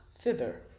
thither